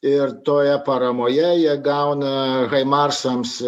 ir toje paramoje jie gauna marsams